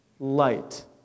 light